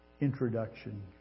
introduction